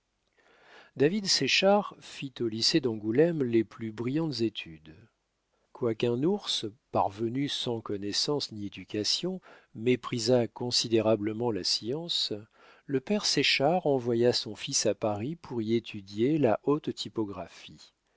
david séchard fit au lycée d'angoulême les plus brillantes études quoiqu'un ours parvenu sans connaissances ni éducation méprisât considérablement la science le père séchard envoya son fils à paris pour y étudier la haute typographie